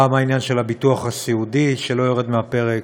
פעם העניין של הביטוח הסיעודי שלא יורד מהפרק,